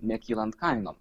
nekylant kainom